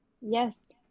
Yes